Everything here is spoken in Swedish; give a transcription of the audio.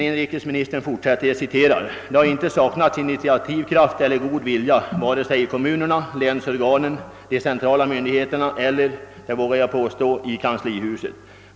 Inrikesministern fortsätter: »Det har inte saknats initiativkraft eller god vilja vare sig i kommunerna, länsorganen, de centrala myndigheterna eller — det vågar jag påstå — i kansli huset.